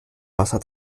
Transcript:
wasser